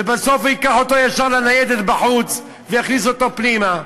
ובסוף ייקח אותו ישר לניידת בחוץ ויכניס אותו פנימה.